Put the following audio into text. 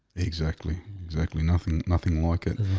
exactly exactly. nothing nothing like it